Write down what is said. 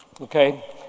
Okay